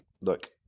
look